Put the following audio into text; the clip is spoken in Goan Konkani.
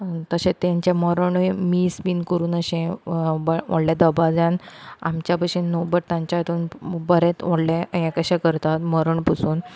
तशेंच तेंचें मोरोणूय मीस बीन कोरून अशें व्हडल्या दबाज्यान आमच्या बशेन न्हू बट तेंच्या हितून बरेंत व्हडलें हें कशें करता मरण बसून